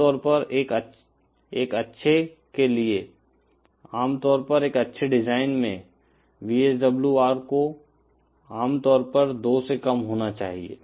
आमतौर पर एक अच्छे के लिए आमतौर पर एक अच्छे डिजाइन में VSWR को आमतौर पर 2 से कम होना चाहिए